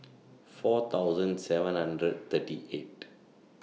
four thousand seven hundred thirty eight